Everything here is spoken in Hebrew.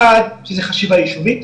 אחד זה חשיבה יישובית,